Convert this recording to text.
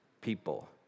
people